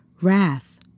Wrath